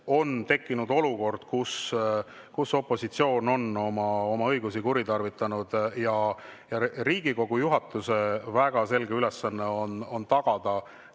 on tekkinud olukord, kus opositsioon on oma õigusi kuritarvitanud. Riigikogu juhatuse väga selge ülesanne on tagada